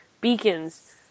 beacons